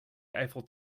eiffel